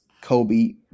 Kobe